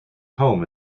home